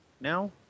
now